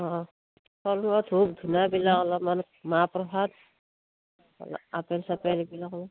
অঁ কল ধূপ ধূনাবিলাক অলপমান মাহ প্ৰসাদ অ আপেল চাপেল এইবিলাকৰ